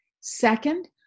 Second